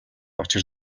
учир